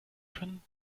können